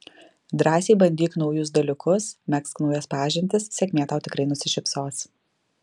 drąsiai bandyk naujus dalykus megzk naujas pažintis sėkmė tau tikrai nusišypsos